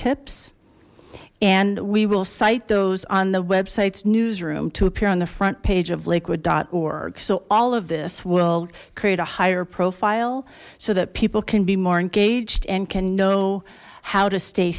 tips and we will cite those on the websites newsroom to appear on the front page of liquid org so all of this will create a higher profile so that people can be more engaged and can know how to stay